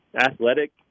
athletic